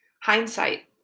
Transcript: Hindsight